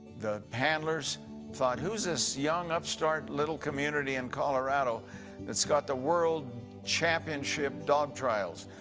the handlers thought, who's this young upstart little community in colorado that's got the world championship dog trials?